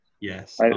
Yes